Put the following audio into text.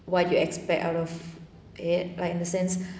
what do you expect out of it like in the sense